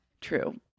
True